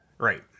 Right